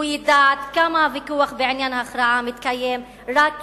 ידע עד כמה הוויכוח בעניין ההכרעה מתקיים רק ביניכם,